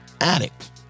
addict